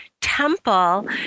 temple